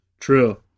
True